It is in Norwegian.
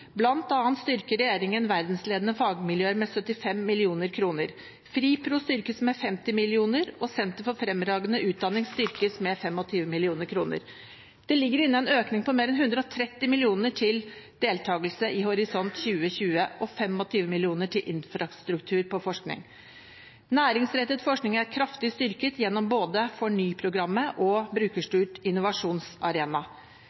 styrker regjeringen verdensledende fagmiljøer med 75 mill. kr. Ordningen med fri prosjektstøtte, FRIPRO, styrkes med 50 mill. kr, og Sentre for fremragende utdanning styrkes med 25 mill. kr. Det ligger inne en økning på mer enn 130 mill. kr til deltakelse i Horisont 2020 og 25 mill. kr til infrastruktur på forskning. Næringsrettet forskning er kraftig styrket gjennom både FORNY-programmet og Brukerstyrt innovasjonsarena.